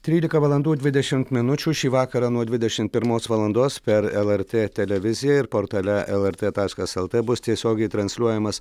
trylika valandų dvidešimt minučių šį vakarą nuo dvidešimt pirmos valandos per lrt televiziją ir portale lrt taškas lt bus tiesiogiai transliuojamas